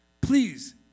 Please